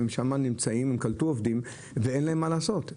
הם קלטו עובדים ואין להם מה לעשות.